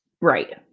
Right